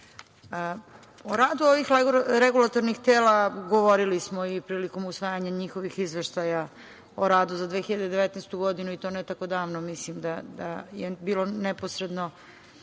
radu ovih regulatornih tela govorili smo i prilikom usvajanje njihovih izveštaja o radu za 2019. godinu i to ne tako davno, mislim da je bilo neposredno